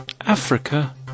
Africa